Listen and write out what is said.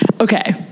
Okay